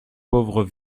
pauvres